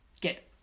get